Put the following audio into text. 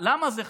למה זה חשוב?